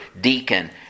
deacon